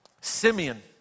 Simeon